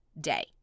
day